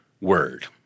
word